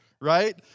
right